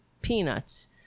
peanuts